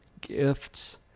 gifts